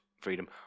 freedom